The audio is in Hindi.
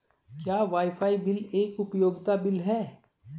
क्या वाईफाई बिल एक उपयोगिता बिल है?